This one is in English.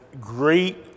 great